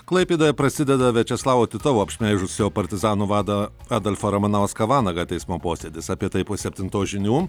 klaipėdoje prasideda viačeslavo titovo apšmeižusio partizanų vadą adolfą ramanauską vanagą teismo posėdis apie tai po septintos žinių